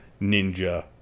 ninja